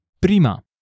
Prima